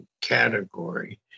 category